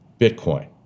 bitcoin